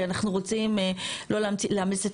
אנחנו רוצים לא להעמיס,